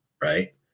right